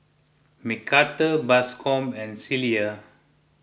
Macarthur Bascom and Cilla